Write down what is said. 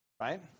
right